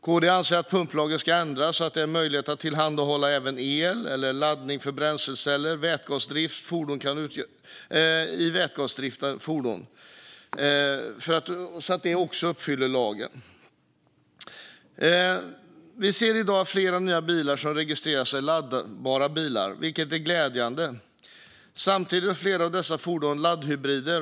KD anser att pumplagen ska ändras så att det är möjligt att tillhandahålla även el eller laddning för bränsleceller i vätgasdrivna fordon och att det också kan utgöra grund för att uppfylla lagen. Vi ser i dag att många nya bilar som registreras är laddbara bilar, vilket är glädjande. Samtidigt är flera av dessa fordon laddhybrider.